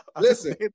listen